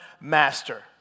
master